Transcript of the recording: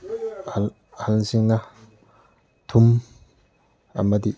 ꯑꯍꯜꯁꯤꯡꯅ ꯊꯨꯝ ꯑꯃꯗꯤ